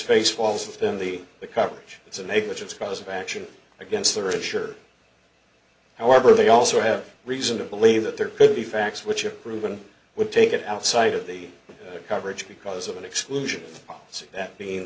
falls within the coverage it's a negligence cause of action against the rich or however they also have reason to believe that there could be facts which are proven would take it outside of the coverage because of an exclusion policy that mean